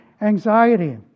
anxiety